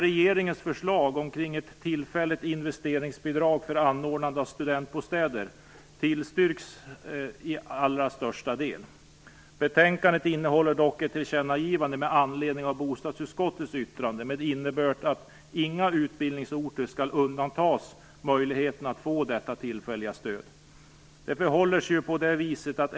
Regeringens förslag om ett tillfälligt investeringsbidrag för anordnande av studentbostäder tillstyrks till allra största delen. Betänkandet innehåller dock ett tillkännagivande med anledning av bostadsutskottets yttrande, som har innebörden att inga utbildningsorter skall fråntas möjligheten att få detta tillfälliga stöd.